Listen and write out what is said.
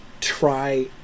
try